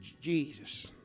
Jesus